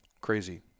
crazy